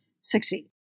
succeed